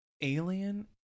Alien